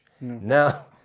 Now